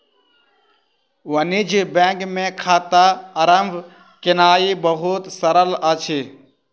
वाणिज्य बैंक मे खाता आरम्भ केनाई बहुत सरल अछि